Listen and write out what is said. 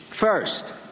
First